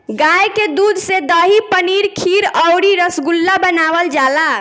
गाय के दूध से दही, पनीर खीर अउरी रसगुल्ला बनावल जाला